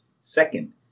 second